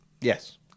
Yes